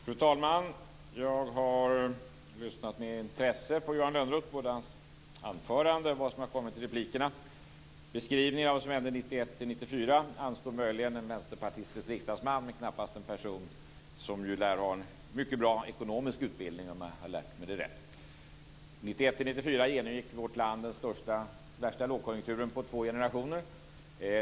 Fru talman! Jag har lyssnat med intresse på Johan Lönnroth - både på hans anförande och på det som har kommit fram i replikerna. Beskrivningen av vad som hände 1991-1994 anstår möjligen en vänsterpartistisk riksdagsman, men knappast en person som lär ha en mycket bra ekonomisk utbildning - om jag har lärt mig rätt. Åren 1991-1994 genomgick vårt land den värsta lågkonjunkturen på två generationer.